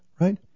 right